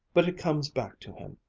but it comes back to him.